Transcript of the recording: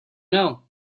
know